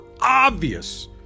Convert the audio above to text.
obvious